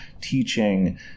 teaching